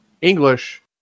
English